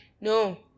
No